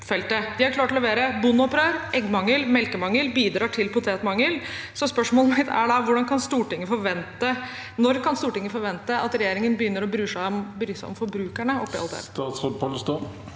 De har klart å levere bondeopprør, eggmangel, melkemangel og bidrar til potetmangel. Spørsmålet mitt er da: Når kan Stortinget forvente at regjeringen begynner å bry seg om forbrukerne oppi alt